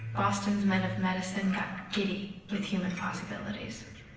boston's men of medicine got giddy with human possibilities.